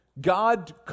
god